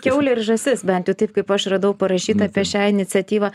kiaulė ir žąsis bent jau taip kaip aš radau parašyta apie šią iniciatyvą